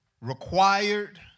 required